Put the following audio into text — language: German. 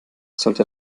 sollte